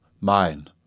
Mine